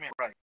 right